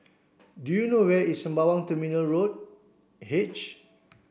do you know where is Sembawang Terminal Road H